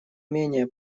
менее